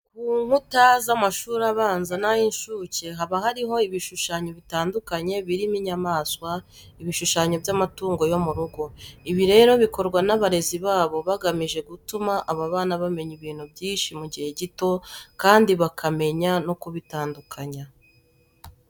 Ku nkuta z'amashuri abanza n'ay'incuke haba hariho ibishushanyo bitandukanye birimo inyamaswa, ibishushanyo by'amatungo yo mu rugo. Ibi rero bikorwa n'abarezi babo bagamije gutuma aba bana bamenya ibintu byinshi mu gihe gito kandi bakamenya no kubitandukanya.